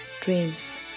Dreams